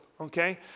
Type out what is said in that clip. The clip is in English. okay